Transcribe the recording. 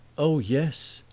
oh, yes.